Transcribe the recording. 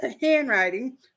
handwriting